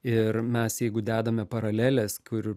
ir mes jeigu dedame paraleles kur